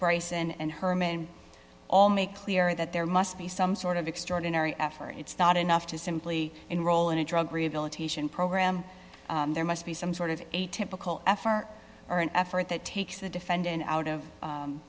bryce and herman all make clear that there must be some sort of extraordinary effort it's not enough to simply enroll in a drug rehabilitation program there must be some sort of a typical effort or an effort that takes the defendant out of